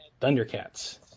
Thundercats